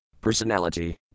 personality